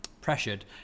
pressured